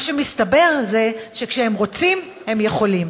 מה שמסתבר זה שכשהם רוצים, הם יכולים.